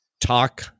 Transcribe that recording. talk